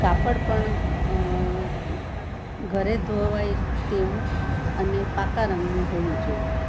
કાપડ પણ ઘરે ધોવાય તેવું અને પાકા રંગનું હોવું જોઈએ